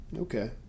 okay